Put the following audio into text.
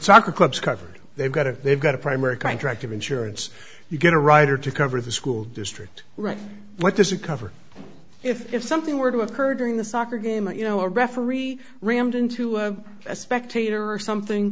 soccer clubs covered they've got to they've got a primary contract of insurance you get a rider to cover the school district right what does it cover if something were to occur during this soccer game you know a referee rammed into a spectator or something